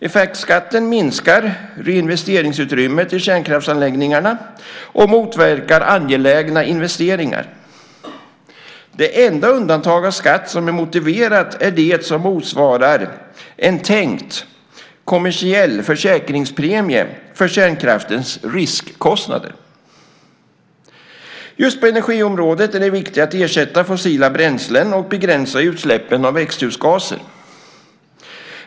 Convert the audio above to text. Effektskatten minskar reinvesteringsutrymmet i kärnkraftsanläggningarna och motverkar angelägna investeringar. Det enda uttag av skatt som är motiverat är det som motsvarar en tänkt kommersiell försäkringspremie för kärnkraftens riskkostnader. Just på energiområdet är det viktigt att ersätta fossila bränslen och begränsa utsläppen av växthusgaser.